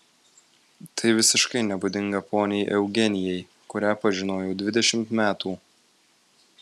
tai visiškai nebūdinga poniai eugenijai kurią pažinojau dvidešimt metų